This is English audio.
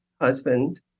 husband